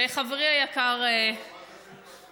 וחברי היקר וקנין,